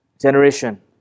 generation